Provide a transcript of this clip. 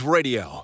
Radio